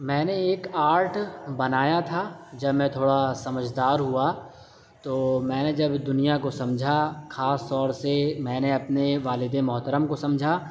میں نے ایک آرٹ بنایا تھا جب میں تھوڑا سمجھدار ہوا تو میں نے جب دنیا کو سمجھا خاص طور سے میں نے اپنے والد محترم کو سممجھا